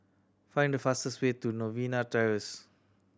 find the fastest way to Novena Terrace